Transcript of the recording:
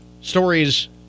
stories